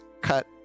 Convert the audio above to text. cut